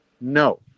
No